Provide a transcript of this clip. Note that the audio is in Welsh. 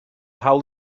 hawl